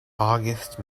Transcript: august